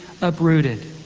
uprooted